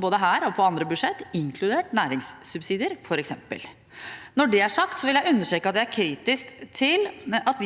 både her og på andre budsjetter, inkludert f.eks. næringssubsidier. Når det er sagt, vil jeg understreke at jeg er kritisk til at